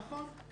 נכון.